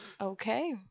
Okay